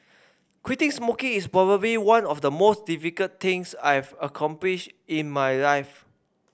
quitting smoking is probably one of the most difficult things I have accomplished in my life